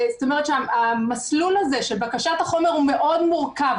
זאת אומרת שהמסלול הזה של בקשת החומר הוא מאוד מורכב.